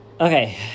Okay